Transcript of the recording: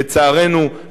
לצערנו,